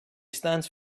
stands